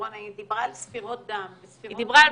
היא דיברה על ספירות דם ולספירות דם יש להן השלכות --- היא דיברה על